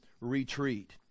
retreat